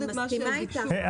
אני מסכימה איתך,